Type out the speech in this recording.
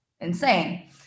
insane